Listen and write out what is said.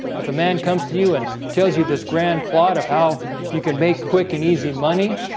if a man comes to you and tells you this grand plot of how you could make quick and easy money